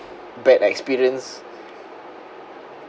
bad experience